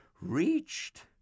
reached